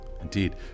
Indeed